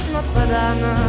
Notre-Dame